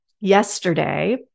yesterday